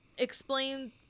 explain